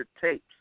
tapes